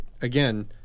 again